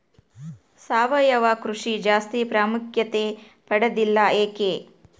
ಸಾವಯವ ಕೃಷಿ ಜಾಸ್ತಿ ಪ್ರಾಮುಖ್ಯತೆ ಪಡೆದಿಲ್ಲ ಯಾಕೆ?